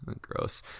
gross